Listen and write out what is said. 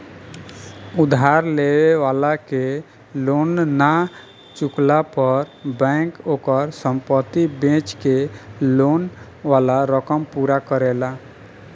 उधार लेवे वाला के लोन ना चुकवला पर बैंक ओकर संपत्ति बेच के लोन वाला रकम पूरा करेला